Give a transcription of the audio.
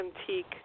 antique